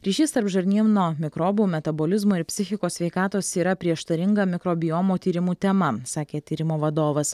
ryšys tarp žarnyno mikrobų metabolizmo ir psichikos sveikatos yra prieštaringa mikrobiomų tyrimų tema sakė tyrimo vadovas